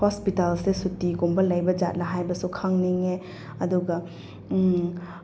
ꯍꯣꯁꯄꯤꯇꯥꯜꯁꯦ ꯁꯨꯇꯤꯒꯨꯝꯕ ꯂꯩꯕꯖꯥꯠꯂ ꯍꯥꯏꯕꯁꯨ ꯈꯪꯅꯤꯡꯉꯦ ꯑꯗꯨꯒ